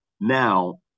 now